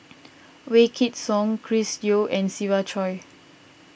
Wykidd Song Chris Yeo and Siva Choy